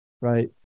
right